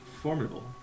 formidable